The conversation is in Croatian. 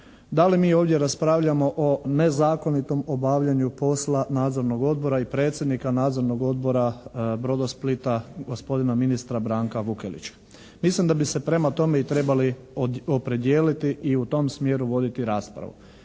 da li mi ovdje raspravljamo o nezakonitom obavljanju posla Nadzornog odbora i predsjednika Nadzornog odbora "Brodosplita" gospodina ministra Branka Vukelića. Mislim da bi se prema tome i trebali opredijeliti i u tom smjeru voditi raspravu.